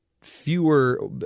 fewer